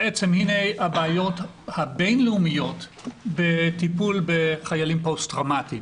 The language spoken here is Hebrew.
בעצם הבעיות הבינלאומיות בטיפול בחיילים פוסט טראומטיים,